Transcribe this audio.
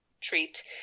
treat